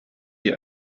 die